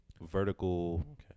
vertical